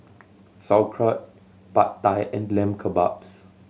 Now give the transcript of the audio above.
Sauerkraut Pad Thai and Lamb Kebabs